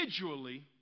individually